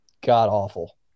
god-awful